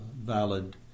valid